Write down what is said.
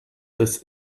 this